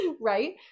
right